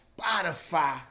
Spotify